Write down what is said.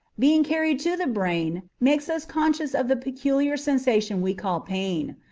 being carried to the brain makes us conscious of the peculiar sensation we call pain.